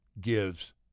gives